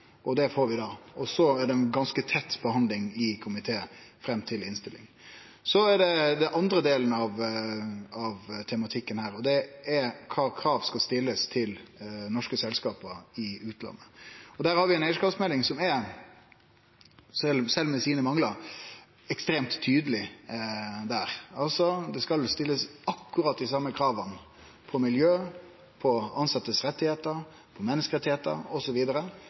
spørsmålet. Det får vi no. Så blir det ei ganske tett behandling i komiteen fram mot innstilling. Den andre delen av tematikken er kva krav som skal stillast til norske selskap i utlandet. Der har vi ei eigarskapsmelding som er – sjølv med sine manglar – ekstremt tydeleg. Det skal stillast akkurat dei same krava når det gjeld miljø,